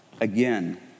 again